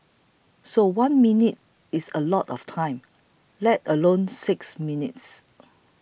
so one minute is a lot of time let alone six minutes